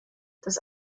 das